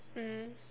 mm